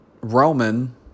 Roman